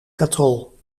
katrol